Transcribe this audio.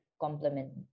complement